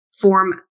form